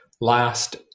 last